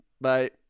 Bye